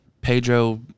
Pedro